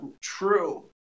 true